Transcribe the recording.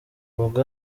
rugo